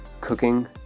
cooking